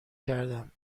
کردم